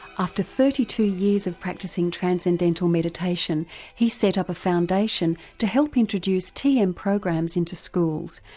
after thirty two years of practising transcendental meditation he's set up a foundation to help introduce tm programs into schools,